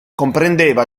comprendeva